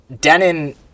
Denon